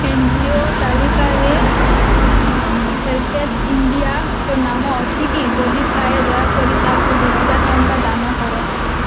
N G O ତାଲିକାରେ HelpAge ଇଣ୍ଡିଆର ନାମ ଅଛି କି ଯଦି ଥାଏ ଦୟାକରି ତା'କୁ ଦୁଇହଜାର ଟଙ୍କା ଦାନ କର